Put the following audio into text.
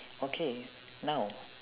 okay now